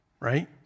right